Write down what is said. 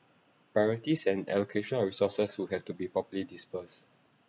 priorities and allocation of resources would have to be properly disperse